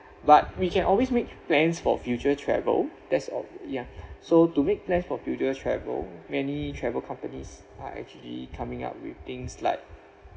but we can always make plans for future travel that's all ya so to make plans for future travel many travel companies are actually coming up with things like